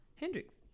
Hendrix